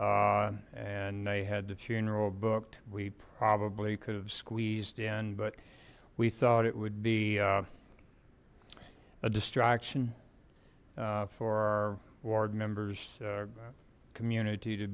away and they had the funeral booked we probably could have squeezed in but we thought it would be a distraction for our ward members community to